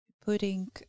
putting